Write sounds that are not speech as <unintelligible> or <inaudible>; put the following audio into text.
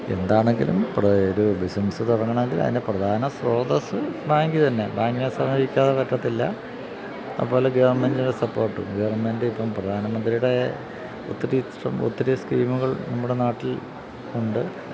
എന്താണെങ്കിലും <unintelligible> ഒരു ബിസിനസ്സ് തുടങ്ങണമെങ്കിൽ അതിന്റെ പ്രധാന സ്രോതസ്സ് ബാങ്ക് തന്നെ ബാങ്കിനെ സമീപിക്കാതെ പറ്റില്ല അതുപോലെ ഗവര്മെൻറിന്റെ സപ്പോർട്ടും ഗവര്മെൻറ് ഇപ്പം പ്രധാനമന്ത്രിയുടെ ഒത്തിരി ഒത്തിരി സ്കീമുകൾ നമ്മുടെ നാട്ടിലുണ്ട്